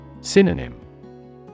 Synonym